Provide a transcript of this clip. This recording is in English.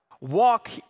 Walk